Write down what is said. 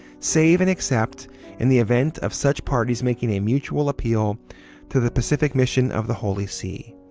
save and except in the event of such parties making a mutual appeal to the pacific mission of the holy see,